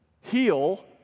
heal